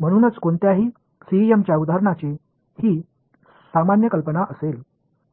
म्हणूनच कोणत्याही सीईएमच्या उदाहरणाची ही सामान्य कल्पना असेल